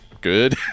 good